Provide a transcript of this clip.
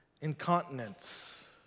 incontinence